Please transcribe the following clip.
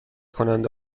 کننده